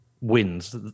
wins